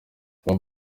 bob